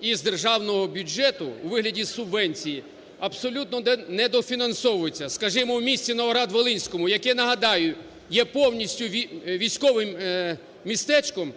із державного бюджету у вигляді субвенції абсолютно недофінансовуються, скажімо, у місті Новоград Волинському, яке, нагадаю, є повністю військовим містечком,